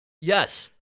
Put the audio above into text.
Yes